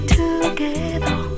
together